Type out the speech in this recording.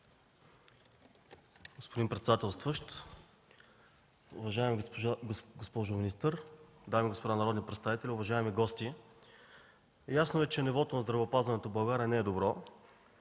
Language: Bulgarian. Господин председателстващ, уважаема госпожо министър, дами и господа народни представители, уважаеми гости! Ясно е, че нивото на здравеопазването в България не е добро.